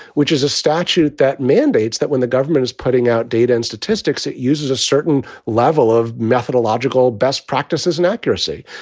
which is a statute that mandates that when the government is putting out data and statistics, it uses a certain level of methodological best practices and accuracy.